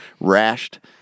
rashed